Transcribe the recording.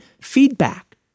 feedback